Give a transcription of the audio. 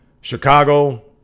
Chicago